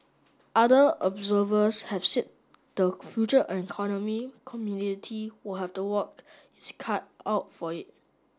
other observers have said the Future Economy community will have to work its cut out for it